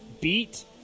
beat